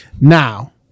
Now